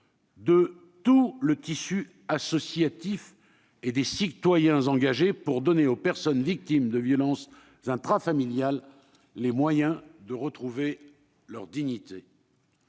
de tout le tissu associatif et des citoyens engagés pour donner aux personnes victimes de violences intrafamiliales les moyens de retrouver leur dignité.